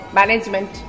management